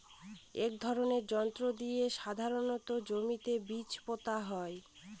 এক ধরনের যন্ত্র দিয়ে সাধারণত জমিতে বীজ পোতা হয়